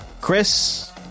Chris